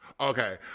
okay